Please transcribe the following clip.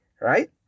Right